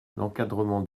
l’encadrement